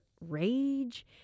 rage